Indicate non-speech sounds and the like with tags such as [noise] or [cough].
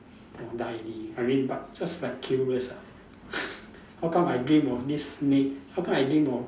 oh die already I mean but just like curious ah [laughs] how come I dream of this snake how come I dream of